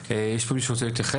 יש פה מישהו שרוצה להתייחס?